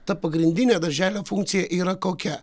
ta pagrindinė darželio funkcija yra kokia